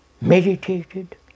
meditated